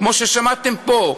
כמו ששמעתם פה,